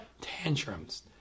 tantrums